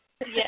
Yes